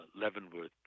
Leavenworth